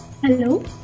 Hello